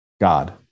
God